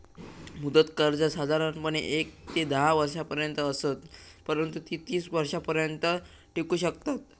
मुदत कर्जा साधारणपणे येक ते धा वर्षांपर्यंत असत, परंतु ती तीस वर्षांपर्यंत टिकू शकतत